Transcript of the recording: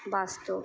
বাস্তব